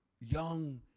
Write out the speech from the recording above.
young